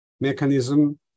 mechanism